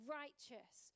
righteous